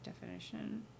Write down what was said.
definition